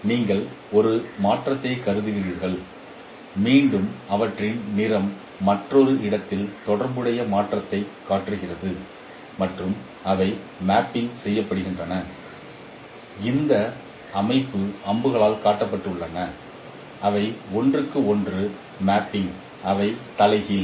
நீங்கள் ஒரு மாற்றத்தைக் கருதுகிறீர்கள் மீண்டும் அவற்றின் நிறம் மற்றொரு இடத்தில் தொடர்புடைய மாற்றத்தைக் காட்டுகிறது மற்றும் அவை மேப்பிங் செய்கின்றன அவை இந்த அம்புகளால் காட்டப்படுகின்றன அவை ஒன்றுக்கு ஒன்று மேப்பிங் அவை தலைகீழ்